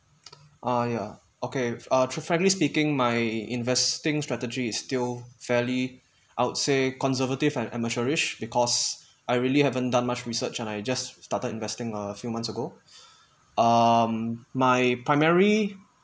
ah ya okay ah frankly speaking my investing strategy is still fairly I would say conservative and amateurish because I really haven't done much research and I just started investing a few months ago um my primary